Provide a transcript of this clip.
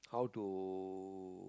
how to